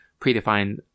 predefined